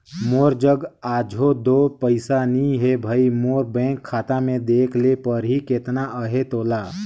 मोर जग अझो दो पइसा नी हे भई, मोर बेंक खाता में देखे ले परही केतना अहे तेला